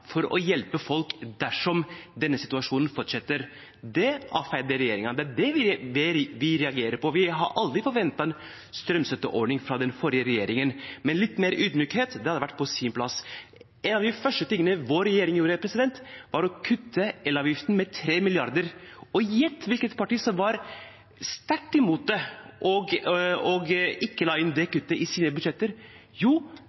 for å hjelpe folk, dersom denne situasjonen fortsetter. Det avfeide regjeringen. Det er det vi reagerer på. Vi har aldri forventet en strømstøtteordning fra den forrige regjeringen, men litt mer ydmykhet hadde vært på sin plass. Noe av det første vår regjering gjorde, var å kutte elavgiften med 3 mrd. kr. Gjett hvilket parti som var sterkt imot det og ikke la inn det kuttet i sine budsjetter – jo,